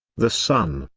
the sun,